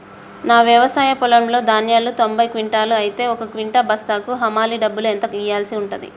నా వ్యవసాయ పొలంలో ధాన్యాలు తొంభై క్వింటాలు అయితే ఒక క్వింటా బస్తాకు హమాలీ డబ్బులు ఎంత ఇయ్యాల్సి ఉంటది?